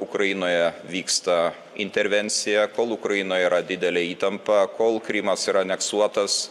ukrainoje vyksta intervencija kol ukrainoje yra didelė įtampa kol krymas yra aneksuotas